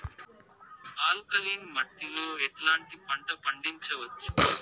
Alkaline మట్టి లో ఎట్లాంటి పంట పండించవచ్చు,?